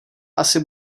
asi